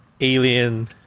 alien